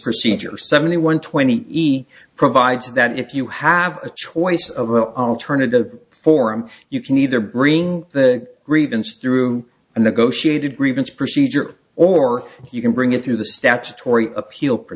procedure seventy one twenty easy provides that if you have a choice of alternative form you can either bring the grievance through a negotiated grievance procedure or you can bring it to the statutory appeal